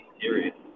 serious